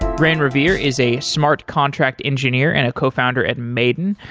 raine revere is a smart contract engineer and a cofounder at maiden.